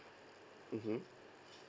mmhmm